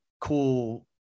cool